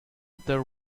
the